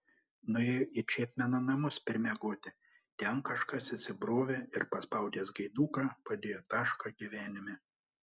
nuėjo į čepmeno namus permiegoti ten kažkas įsibrovė ir paspaudęs gaiduką padėjo tašką gyvenime